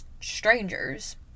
strangers